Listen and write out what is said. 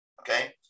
okay